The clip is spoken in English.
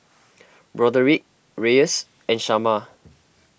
Broderick Reyes and Shamar